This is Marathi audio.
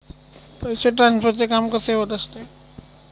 पैसे ट्रान्सफरचे काम कसे होत असते?